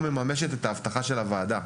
היא מממשת את ההבטחה של הוועדה.